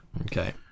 Okay